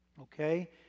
Okay